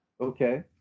Okay